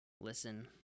Listen